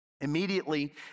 Immediately